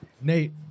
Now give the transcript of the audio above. Nate